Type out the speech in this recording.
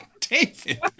David